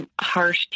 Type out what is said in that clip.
harsh